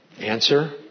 Answer